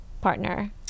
partner